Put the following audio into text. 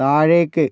താഴേക്ക്